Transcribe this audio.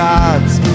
God's